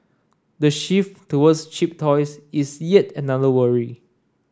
the shift towards cheap toys is yet another worry